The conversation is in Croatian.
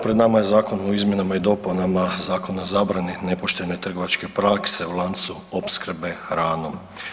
Pred nama je zakon o izmjenama i dopunama Zakona o zabrani nepoštene trgovačke prakse u lancu opskrbe hranom.